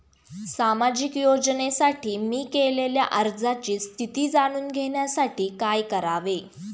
सामाजिक योजनेसाठी मी केलेल्या अर्जाची स्थिती जाणून घेण्यासाठी काय करावे?